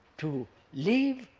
to leave,